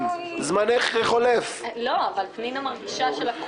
אבל מכיוון שאני חוששת,